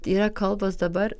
tai yra kalbos dabar